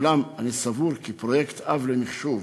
ואולם, אני סבור כי תוכנית-אב למחשוב,